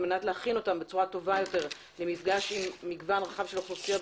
על מנת להכין אותם בצורה טובה יותר למפגש עם מגוון רחב של אוכלוסיות,